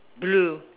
blue